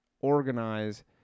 organize